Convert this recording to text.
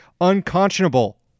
unconscionable